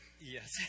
Yes